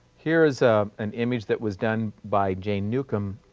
here's ah an image that was done by jane newcomb,